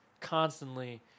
constantly